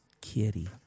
Kitty